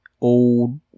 old